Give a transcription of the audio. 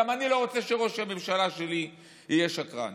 גם אני לא רוצה שראש הממשלה שלי יהיה שקרן.